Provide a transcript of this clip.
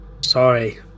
sorry